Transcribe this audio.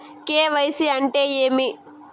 KYC అంటే ఏమి?